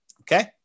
Okay